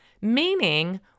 meaning